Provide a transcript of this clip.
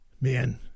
man